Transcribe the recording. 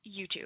YouTube